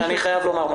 אני מזכיר: